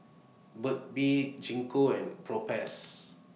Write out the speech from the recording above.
Burt's Bee Gingko and Propass